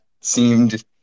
seemed